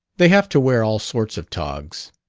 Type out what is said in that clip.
they have to wear all sorts of togs.